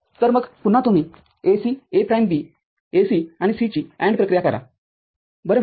तर मग पुन्हा तुम्ही AC A prime B AC आणि C ची AND प्रक्रिया करा बरोबर